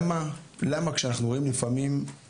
רק לפני שבועיים ספיר נחום,